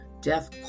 death